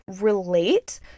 relate